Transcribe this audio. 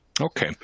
Okay